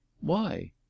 Why